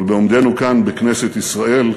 אבל בעומדנו כאן, בכנסת ישראל,